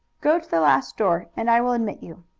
go to the last door and i will admit you.